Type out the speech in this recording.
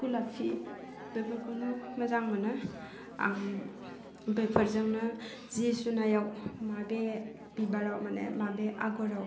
गलाफि बेफोरखौनो मोजां मोनो आं बेफोरजोंनो जि सुनायाव माबे बिबाराव मानि माबे आग'राव